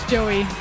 Joey